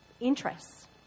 interests